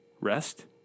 rest